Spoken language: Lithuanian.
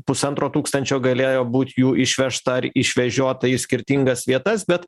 pusantro tūkstančio galėjo būt jų išvežta ar išvežiota į skirtingas vietas bet